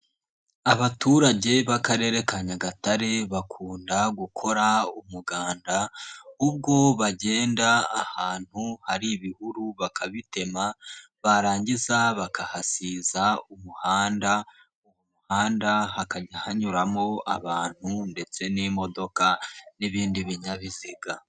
Abaturage b'Akarere ka Nyagatare bakunda gukora umuganda, ubwo bagenda ahantu hari ibihuru bakabitema, barangiza bakahasiza umuhanda, uwo muhanda hakajya hanyuramo abantu ndetse n'imodoka n'ibindi binyabiziga.